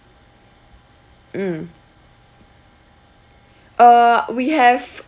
mm uh we have